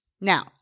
Now